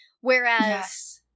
Whereas